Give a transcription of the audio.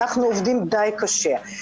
אנחנו עובדים די קשה.